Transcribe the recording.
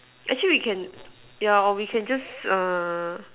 actually we can yeah or we can just err